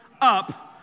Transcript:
up